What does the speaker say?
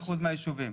72% מהישובים.